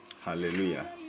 Hallelujah